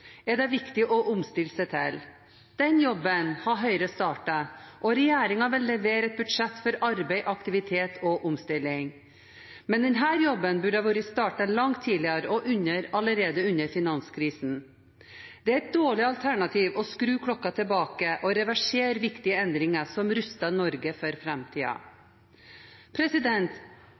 er det viktig å omstille seg til. Denne jobben har Høyre startet, og regjeringen vil levere et budsjett for arbeid, aktivitet og omstilling. Men denne jobben burde vært startet langt tidligere og allerede under finanskrisen. Det er et dårlig alternativ å skru klokka tilbake og reversere viktige endringer som ruster Norge for